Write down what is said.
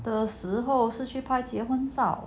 的时候是去拍结婚照